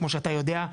כמו שאתה יודע,